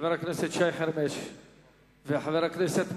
חבר הכנסת שי חרמש וחבר הכנסת מולה.